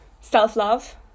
self-love